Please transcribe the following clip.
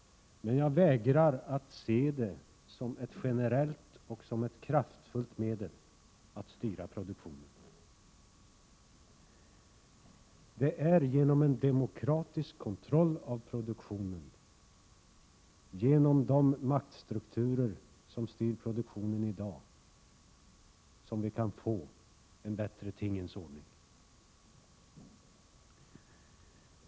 Men jag vägrar att se det som ett generellt och kraftfullt medel att styra produktionen med. Det är genom en demokratisk kontroll av produktionen, genom de maktstrukturer som styr produktionen i dag, som vi kan få en annan tingens ordning.